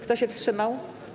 Kto się wstrzymał?